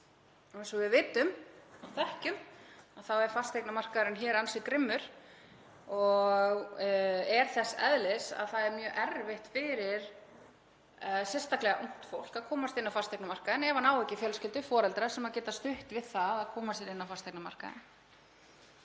Eins og við vitum og þekkjum er fasteignamarkaðurinn hér ansi grimmur og þess eðlis að það er mjög erfitt fyrir sérstaklega ungt fólk að komast inn á fasteignamarkaðinn ef það á ekki fjölskyldu, foreldra sem geta stutt það við að koma sér inn á fasteignamarkaðinn.